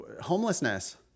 Homelessness